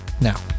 now